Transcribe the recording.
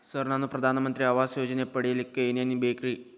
Sir ನಾನು ಪ್ರಧಾನ ಮಂತ್ರಿ ಆವಾಸ್ ಯೋಜನೆ ಪಡಿಯಲ್ಲಿಕ್ಕ್ ಏನ್ ಏನ್ ಬೇಕ್ರಿ?